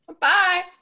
Bye